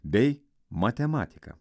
bei matematiką